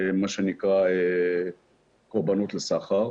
קורבנות לסחר,